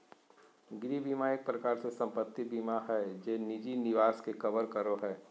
गृह बीमा एक प्रकार से सम्पत्ति बीमा हय जे निजी निवास के कवर करो हय